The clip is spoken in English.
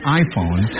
iPhone